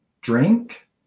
drink